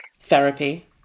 therapy